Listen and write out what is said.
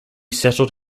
settled